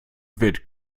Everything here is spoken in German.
wird